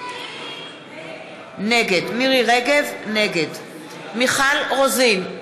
נגד מיכל רוזין,